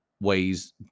ways